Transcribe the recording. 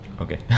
Okay